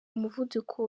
umuvuduko